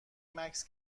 مکث